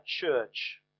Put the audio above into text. church